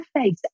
face